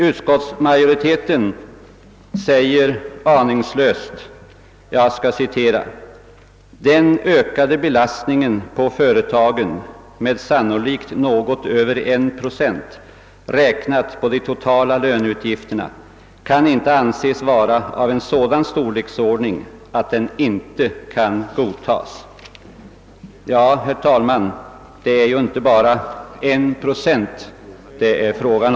Utskottsmajoriteten skriver aningslöst på följande sätt: »Den ökade belastningen på företagen med sannolikt något över 1 YZ räknat på de totala löneutgifterna kan inte anses vara av en sådan storleksordning att den inte kan godtas.» Det är ju inte bara fråga om 1 procent.